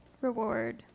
reward